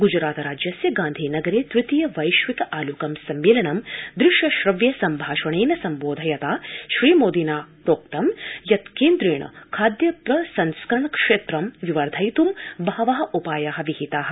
गुजरात राज्यस्य गांधीनगरे तृतीय वैश्विक आलुक सम्मेलनं दृश्य श्रव्य सम्भाषणेन सम्बोधयता श्रीमोदिना प्रोक्तं यत् केन्द्रेण खाद्य प्रसंस्करण क्षेत्र विवर्धयितुं बहव उपाया विहिता